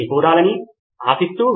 సరే కృతజ్ఞ్యతలు